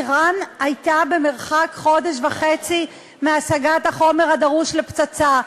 איראן הייתה במרחק חודש וחצי מהשגת החומר הדרוש לפצצה.